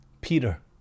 Peter